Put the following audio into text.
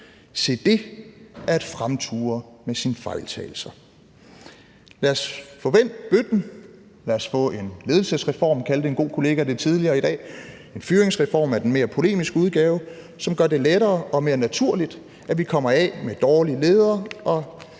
Se, det er at fremture med sine fejltagelser. Lad os få vendt bøtten. Lad os få en ledelsesreform – det kaldte en god kollega det tidligere i dag; en fyringsreform er den mere polemiske udgave – som gør det lettere og mere naturligt, at vi kommer af med dårlige ledere og